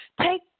Take